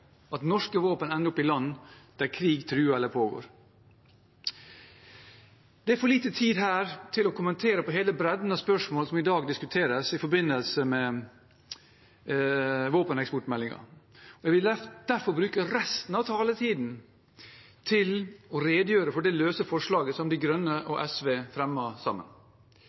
at norske våpen ender opp i land der krig truer eller pågår. Det er for lite tid her til å kommentere på hele bredden av spørsmål som i dag diskuteres i forbindelse med våpeneksportmeldingen. Jeg vil derfor bruke resten av taletiden til å redegjøre for det løse forslaget som De Grønne og SV fremmer sammen.